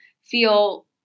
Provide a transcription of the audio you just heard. feel